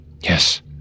yes